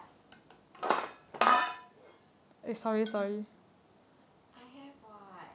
I have [what]